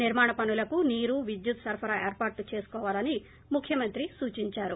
నిర్మాణ పనులకు నీరు విద్యుత్ సరఫరా ఏర్పాట్లు చేసుకోవాలని ముఖ్యమంత్రి సూచించారు